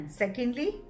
secondly